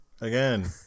again